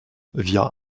via